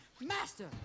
Master